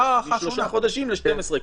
משלושה חודשים ל-12 חודשים,